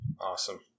Awesome